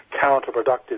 counterproductive